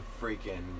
freaking